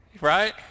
right